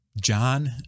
John